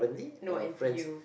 no N_T_U